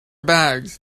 bags